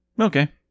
Okay